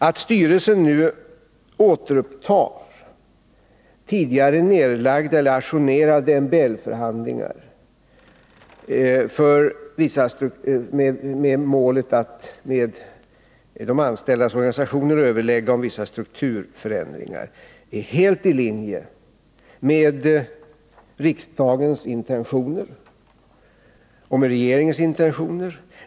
Att styrelsen nu återupptar tidigare nedlagda eller ajournerade MBL-förhandlingar, med målet att med de anställdas organisationer överlägga om vissa strukturförändringar, är helt i linje med riksdagens och med regeringens intentioner.